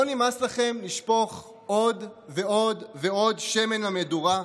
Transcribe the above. לא נמאס לכם לשפוך עוד ועוד שמן למדורה?